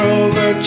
over